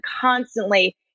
constantly